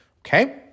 Okay